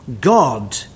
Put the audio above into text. God